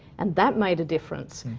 and that made a difference.